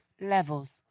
Levels